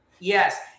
Yes